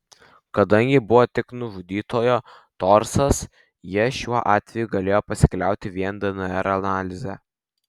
kadangi buvo tik nužudytojo torsas jie šiuo atveju galėjo pasikliauti vien dnr analize